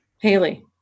Haley